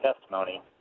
testimony